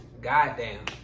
Goddamn